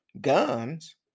guns